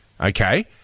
Okay